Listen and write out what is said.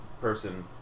person